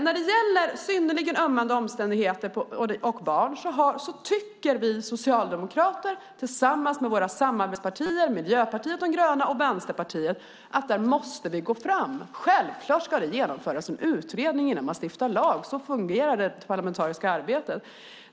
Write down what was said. När det gäller synnerligen ömmande omständigheter och barn tycker vi socialdemokrater tillsammans med våra samarbetspartier, Miljöpartiet de gröna och Vänsterpartiet, att vi måste gå fram. Självfallet ska det genomföras en utredning innan man stiftar lag; så fungerar det parlamentariska arbetet.